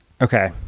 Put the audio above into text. Okay